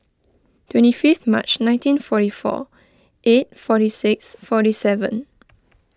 twenty fifth March nineteen forty four eight forty six forty seven